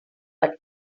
but